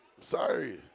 sorry